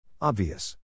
Obvious